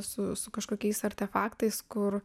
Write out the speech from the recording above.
su su kažkokiais artefaktais kur